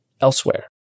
elsewhere